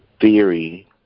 theory